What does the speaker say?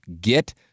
Get